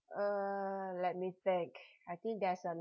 uh let me think I think there's a